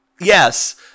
Yes